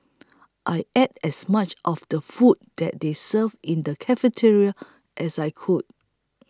I ate as much of the food that they served in the cafeteria as I could